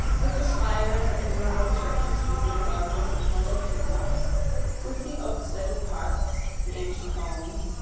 with the spires of the rural churches peeping above the rook-haunted treetops with the oak-studded parks, the ancient homes,